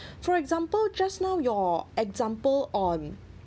for example just now your example on